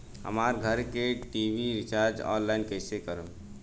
हमार घर के टी.वी रीचार्ज ऑनलाइन कैसे करेम?